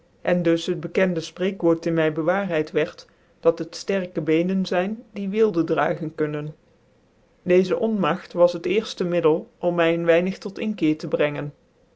cn das het bekende fpreckwoord in my bcwurheid wierd du het fterkc bccnen zyn die weelde dragen kunnen deeze ftuugt was het eerfte middel om my een weinig tot inkeer te brengen